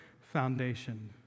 foundation